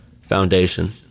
foundation